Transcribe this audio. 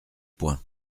point